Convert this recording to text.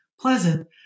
pleasant